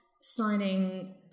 signing